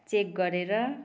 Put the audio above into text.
check गरेर